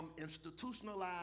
institutionalized